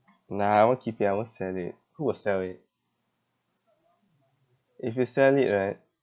nah I want keep it I won't sell it who will sell it if you sell it right